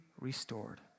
restored